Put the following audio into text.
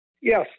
yes